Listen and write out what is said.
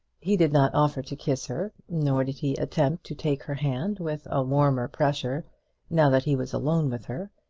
he did not offer to kiss her, nor did he attempt to take her hand with a warmer pressure now that he was alone with her.